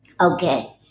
Okay